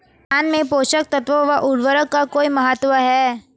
धान में पोषक तत्वों व उर्वरक का कोई महत्व है?